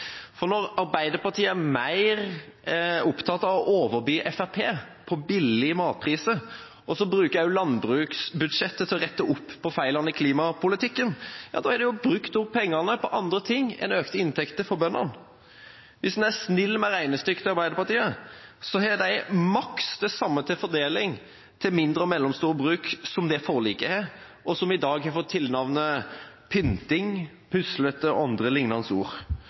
opplegg. Når Arbeiderpartiet er mer opptatt av å overby Fremskrittspartiet på billige matpriser, og så også bruke landbruksbudsjettet til å rette opp feilene i klimapolitikken, er pengene brukt opp på andre ting enn økte inntekter for bøndene. Hvis en er snill med regnestykket til Arbeiderpartiet, har de maks det samme til fordeling til mindre og mellomstore bruk som det forliket er, og som i dag har fått tilnavnene pynting, puslete og andre lignende ord.